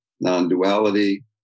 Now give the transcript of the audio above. non-duality